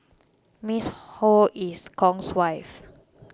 Ms Ho is Kong's wife